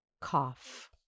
Cough